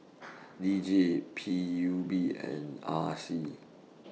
D J P U B and R C